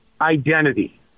identity